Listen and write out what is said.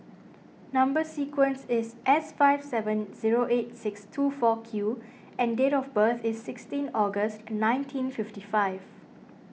Number Sequence is S five seven zero eight six two four Q and date of birth is sixteen August nineteen fifty five